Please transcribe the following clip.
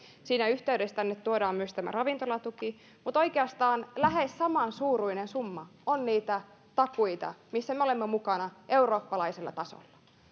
siinä yhteydessä tänne tuodaan myös tämä ravintolatuki mutta oikeastaan lähes samansuuruinen summa on niitä takuita missä me olemme mukana eurooppalaisella tasolla